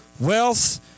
wealth